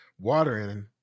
watering